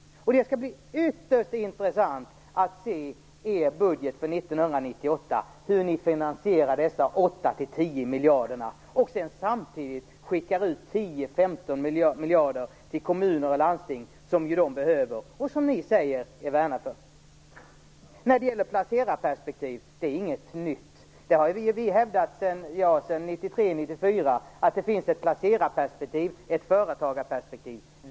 Det skall bli ytterst intressant att i ert budgetförslag för 1998 se hur ni finansierar dessa 8 10 miljarder, samtidigt som ni skall skicka ut 10-15 miljarder till kommuner och landsting, pengar som de behöver och som ni säger att ni värnar om. Det är inget nytt att vi hävdar att det finns ett placerarperspektiv och ett företagarperspektiv. Det har vi gjort sedan 1993 eller 1994.